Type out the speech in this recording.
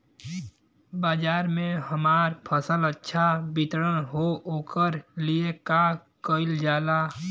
बाजार में हमार फसल अच्छा वितरण हो ओकर लिए का कइलजाला?